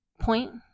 point